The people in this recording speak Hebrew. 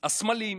את הסמלים.